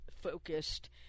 focused